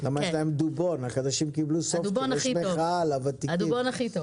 יש מחאה של הוותיקים.